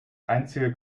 einzige